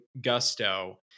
gusto